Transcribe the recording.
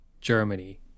Germany